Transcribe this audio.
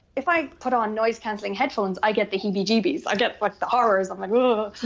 if i put on noise cancelling headphones i get the heebie-jeebies, i get like the horrors, i'm like.